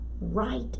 right